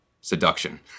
seduction